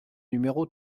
numéro